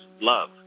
love